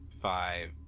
Five